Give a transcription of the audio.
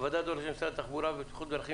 הוועדה דורשת ממשרד התחבורה והבטיחות בדרכים